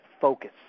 focus